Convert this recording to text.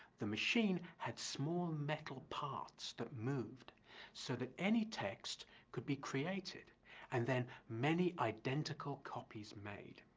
the machine had small metal parts that moved so that any text could be created and then many identical copies made.